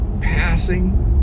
passing